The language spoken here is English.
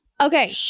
Okay